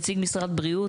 נציג משרד הבריאות,